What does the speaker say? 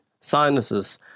sinuses